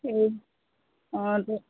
এই অঁ